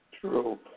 True